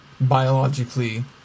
biologically